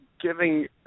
giving